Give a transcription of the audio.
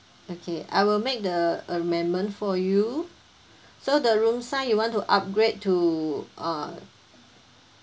okay I will make the amendment for you so the room size you want to upgrade to uh